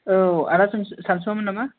औ आदा सानसु सानसुमामोन नामा